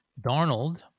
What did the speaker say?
Darnold